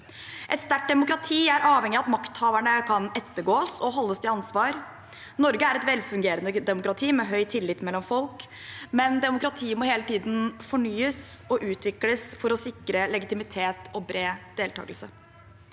Et sterkt demokrati er avhengig av at makthaverne kan ettergås og stilles til ansvar. Norge er et velfungerende demokrati med høy tillit mellom folk, men demokratiet må hele tiden fornyes og utvikles for å sikre legitimitet og bred deltakelse.